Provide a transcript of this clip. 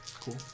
Cool